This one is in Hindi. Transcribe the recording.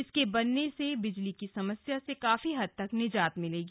इसके बनने से अब बिजली की समस्या से काफी हद तक निजात मिलेगी